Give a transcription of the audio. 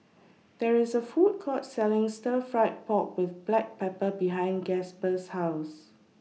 There IS A Food Court Selling Stir Fried Pork with Black Pepper behind Gasper's House